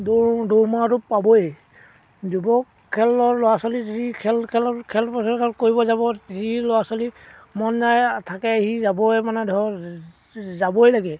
দৌৰ দৌৰ মৰাটোত পাবয়েই যুৱক খেলৰ ল'ৰা ছোৱালী যি খেল খেলৰ খেল পথাৰত কৰিব যাব যি ল'ৰা ছোৱালী মন যায় থাকে সি যাবই মানে ধৰক যাবই লাগে